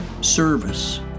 service